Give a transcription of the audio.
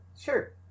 Sure